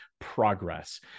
progress